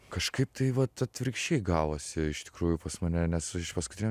kažkaip tai vat atvirkščiai gavos iš tikrųjų pas mane nes iš paskutinio